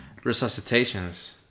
resuscitations